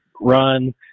run